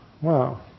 Wow